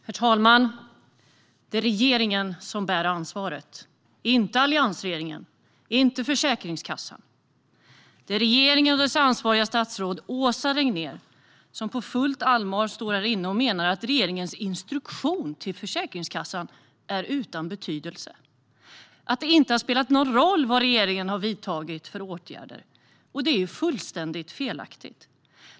Herr talman! Det är regeringen som bär ansvaret, inte alliansregeringen och inte Försäkringskassan. Det är regeringen och dess ansvariga statsråd Åsa Regnér som på fullt allvar står här och menar att regeringens instruktion till Försäkringskassan är utan betydelse och att det inte har spelat någon roll vilka åtgärder som regeringen har vidtagit. Det är fullständigt felaktigt.